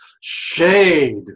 shade